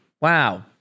Wow